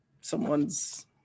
someone's